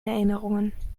erinnerungen